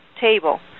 table